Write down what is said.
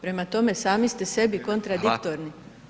Prema tome, sami ste sebi kontradiktorni.